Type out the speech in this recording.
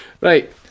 Right